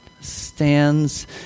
stands